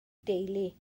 deulu